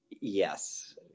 Yes